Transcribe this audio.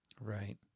Right